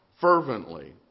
fervently